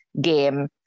game